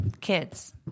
Kids